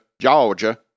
Georgia